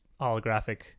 holographic